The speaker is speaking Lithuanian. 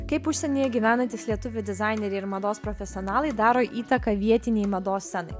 kaip užsienyje gyvenantys lietuvių dizaineriai ir mados profesionalai daro įtaką vietinei mados scenai